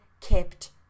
kept